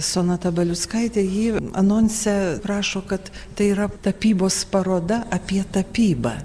sonata baliuckaitė ji anonse rašo kad tai yra tapybos paroda apie tapybą